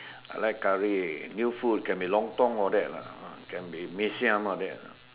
I like curry new food can be lontong all that lah ah can be mee-siam all that ah